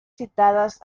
citades